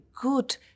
good